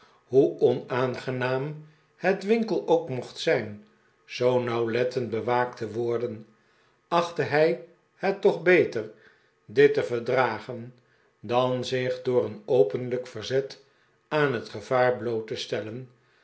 hoe onaangenaam het winkle ook mocht zijn zoo nauwlettend bewaakt te worden achtte hij het toch beter dit te verdragen dan zich door een openlijk verzet aan het gevaar bloot te stellen